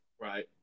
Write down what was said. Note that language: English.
Right